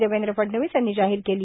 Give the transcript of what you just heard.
देवेंद्र फडणवीस यांनी जाहीर केली